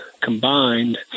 combined